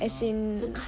as in